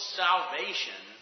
salvation